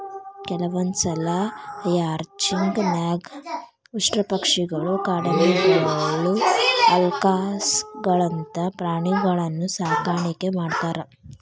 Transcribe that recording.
ಕೆಲವಂದ್ಸಲ ರ್ಯಾಂಚಿಂಗ್ ನ್ಯಾಗ ಉಷ್ಟ್ರಪಕ್ಷಿಗಳು, ಕಾಡೆಮ್ಮಿಗಳು, ಅಲ್ಕಾಸ್ಗಳಂತ ಪ್ರಾಣಿಗಳನ್ನೂ ಸಾಕಾಣಿಕೆ ಮಾಡ್ತಾರ